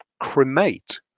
cremate